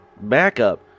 Backup